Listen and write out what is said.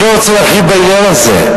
אני לא רוצה להרחיב בעניין הזה.